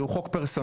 זהו חוק פרסונלי,